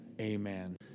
amen